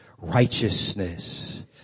Righteousness